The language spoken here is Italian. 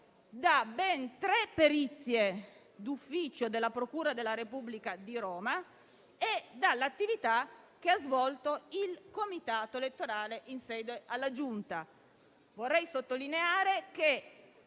da ben tre perizie d'ufficio della procura della Repubblica di Roma, e l'attività che ha svolto il comitato elettorale in sede alla Giunta.